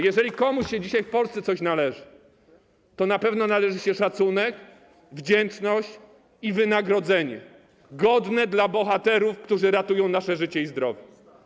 Jeżeli komuś się dzisiaj w Polsce coś należy, to na pewno należy się szacunek, wdzięczność i godne wynagrodzenie dla bohaterów, którzy ratują nasze życie i zdrowie.